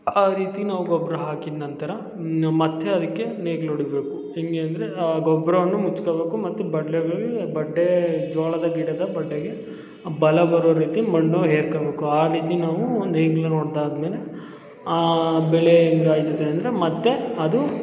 ಆ ರೀತಿ ನಾವು ಗೊಬ್ಬರ ಹಾಕಿದ ನಂತರ ಮತ್ತೆ ಅದಕ್ಕೆ ನೇಗ್ಲು ಹೋಡಿಬೇಕು ಹೇಗೆ ಅಂದರೆ ಆ ಗೊಬ್ಬರವನ್ನು ಮುಚ್ಕಬೇಕು ಮತ್ತು ಬಡ್ಲೆಗಳಿಗೆ ಬಡ್ಡೇ ಜೋಳದ ಗಿಡದ ಬಡ್ಡೆಗೆ ಬಲ ಬರೊ ರೀತಿ ಮಣ್ಣು ಹೇರ್ಕೊಬೇಕು ಆ ರೀತಿ ನಾವು ಒಂದು ನೇಗ್ಲನ್ನು ಹೊಡ್ದಾದಮೇಲೆ ಆ ಬೆಳೆ ಹೆಂಗಾಗಿದೆ ಅಂದರೆ ಮತ್ತೆ ಅದು